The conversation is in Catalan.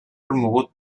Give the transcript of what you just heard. promogut